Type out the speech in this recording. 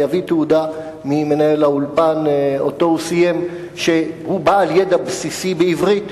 ויביא תעודה ממנהל האולפן שהוא סיים שהוא בעל ידע בסיסי בעברית,